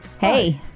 Hey